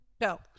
No